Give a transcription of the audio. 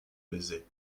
baisers